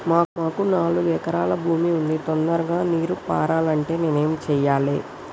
మాకు నాలుగు ఎకరాల భూమి ఉంది, తొందరగా నీరు పారాలంటే నేను ఏం చెయ్యాలే?